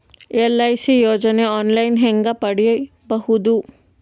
LIC ಯೋಜನೆ online ಹೇಂಗ ಪಡಿಬಹುದು?